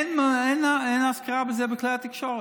אין כמעט אזכור לזה בכלי התקשורת.